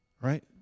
Right